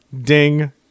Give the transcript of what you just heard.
Ding